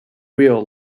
wheel